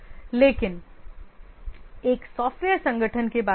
लेकिन एक सॉफ्टवेयर संगठन के बारे में क्या